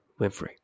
Winfrey